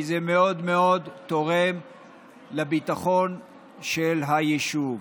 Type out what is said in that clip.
כי זה מאוד מאוד תורם לביטחון של היישוב.